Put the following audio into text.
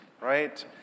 right